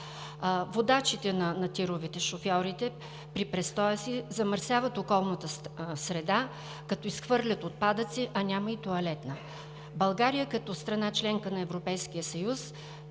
водачите на тировете – шофьорите, при престоя си замърсяват околната среда, като изхвърлят отпадъци, а няма и тоалетна. България като страна – членка на Европейския съюз,